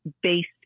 based